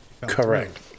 Correct